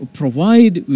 provide